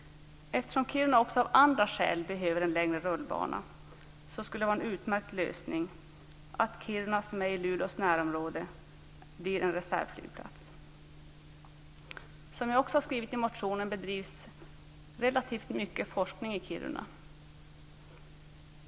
Eftersom Kiruna också av andra skäl behöver en längre rullbana vore det en utmärkt lösning att Kiruna, som ligger i Luleås närområde, blir en reservflygplats. Som jag också har skrivit i motionen bedrivs relativt mycket forskning i Kiruna.